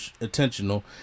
intentional